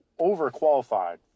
overqualified